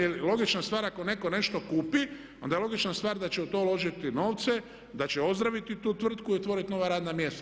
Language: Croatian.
Jer logična je stvar, ako netko nešto kupi onda je logična stvar da će u to uložiti novce, da će ozdraviti tu tvrtku i otvorit nova radna mjesta.